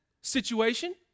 situation